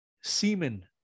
semen